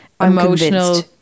emotional